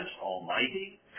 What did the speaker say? almighty